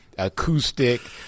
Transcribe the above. acoustic